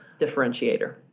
differentiator